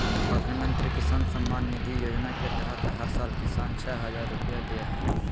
प्रधानमंत्री किसान सम्मान निधि योजना के तहत हर साल किसान, छह हजार रुपैया दे हइ